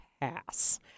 pass